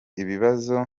ibibazo